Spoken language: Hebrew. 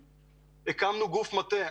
הקמנו גוף מטה.